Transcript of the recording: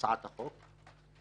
הצעת החוק,